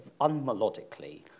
unmelodically